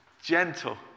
Gentle